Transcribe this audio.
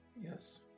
Yes